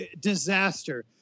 disaster